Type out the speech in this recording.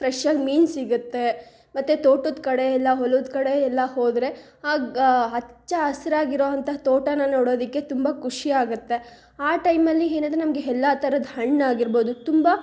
ಫ್ರೆಶ್ಶಾಗಿ ಮೀನು ಸಿಗುತ್ತೆ ಮತ್ತು ತೋಟದ ಕಡೆಯೆಲ್ಲಾ ಹೊಲದ ಕಡೆಯೆಲ್ಲಾ ಹೋದರೆ ಆಗ ಹಚ್ಚ ಹಸ್ರಾಗಿರುವಂತಹ ತೋಟಾ ನೋಡೋದಕ್ಕೆ ತುಂಬ ಖುಷ್ಯಾಗುತ್ತೆ ಆ ಟೈಮಲ್ಲಿ ಏನಂದ್ರೆ ನಮಗೆ ಎಲ್ಲಾ ಥರದ್ ಹಣ್ಣಾಗಿರ್ಬೋದು ತುಂಬ